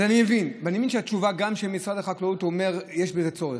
אז אני מבין את תשובת משרד החקלאות שיש בזה צורך,